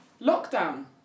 Lockdown